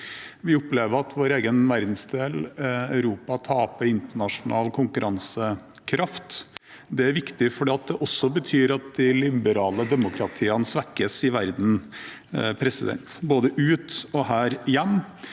Vi opplever at vår egen verdensdel, Europa, taper internasjonal konkurransekraft. Det er viktig, for det betyr også at de liberale demokratiene i verden svekkes, både ute og her hjemme.